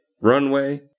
runway